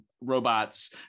robots